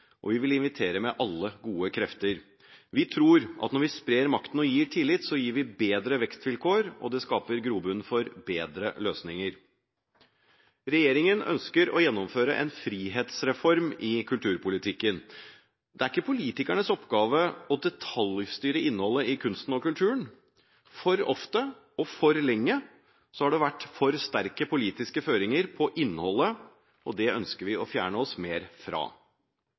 og vi vil invitere med alle gode krefter. Vi tror at når vi sprer makten og gir tillit, gir vi bedre vekstvilkår, og det skaper grobunn for bedre løsninger. Regjeringen ønsker å gjennomføre en frihetsreform i kulturpolitikken. Det er ikke politikernes oppgave å detaljstyre innholdet i kunsten og kulturen. For ofte og for lenge har det vært for sterke politiske føringer på innholdet, og det ønsker vi å fjerne oss mer fra.